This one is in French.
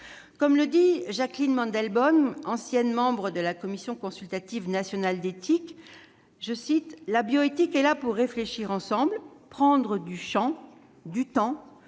Comme le dit Jacqueline Mandelbaum, ancienne membre du Comité consultatif national d'éthique, la bioéthique est là pour « réfléchir ensemble, prendre du champ, du temps,